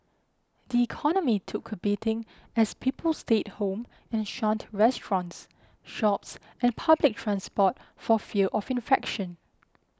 the economy took a beating as people stayed home and shunned restaurants shops and public transport for fear of infection